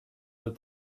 that